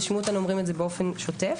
ותשמעו אותנו אומרים זאת באופן שוטף.